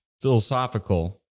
philosophical